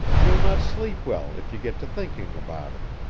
you'll not sleep well, if you get to thinking about it.